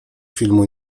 filmu